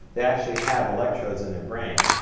they actually have electrodes in their brain.